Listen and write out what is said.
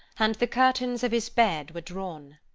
and the curtains of his bed were drawn.